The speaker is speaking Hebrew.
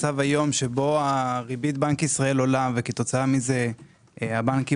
ריבית בנק ישראל עולה וכתוצאה מזה הבנקים